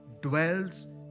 dwells